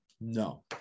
No